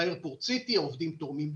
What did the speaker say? באיירפורט סיטי העובדים תורמים דם,